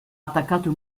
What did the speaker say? attaccato